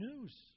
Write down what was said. news